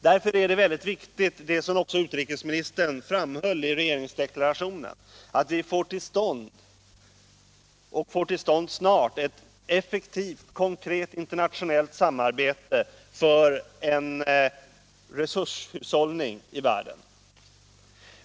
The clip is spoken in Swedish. Därför är det mycket viktigt att vi, som också utrikesministern framhöll i regeringsdeklarationen, snart får till stånd ett effektivt konkret samarbete för en resurshushållning i världen.